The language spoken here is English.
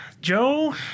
Joe